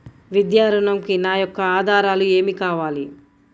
విద్యా ఋణంకి నా యొక్క ఆధారాలు ఏమి కావాలి?